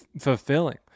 fulfilling